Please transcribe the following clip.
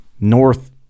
north